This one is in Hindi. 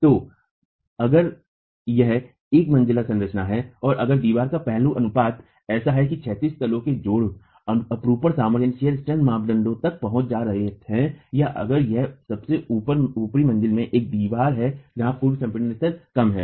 तो अगर यह एकल मंजिला संरचना है और अगर दीवार का पहलू अनुपात ऐसा है कि क्षैतिज तलों के जोड़ अपरूपण सामर्थ्य मानदंड तक पहुंचने जा रहा है या अगर यह सबसे ऊपरी मंजिला में एक दीवार है जहां पूर्व संपीड़न स्तर कम हैं